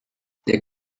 der